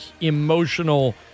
emotional